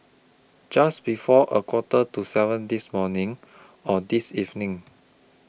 Just before A Quarter to seven This morning Or This evening